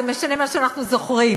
זה משנה מה שאנחנו זוכרים.